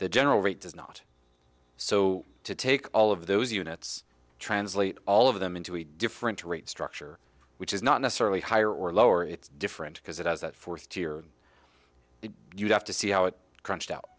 the general rate does not so to take all of those units translate all of them into a different rate structure which is not necessarily higher or lower it's different because it has that fourth tier you'd have to see how it crunched out